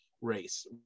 race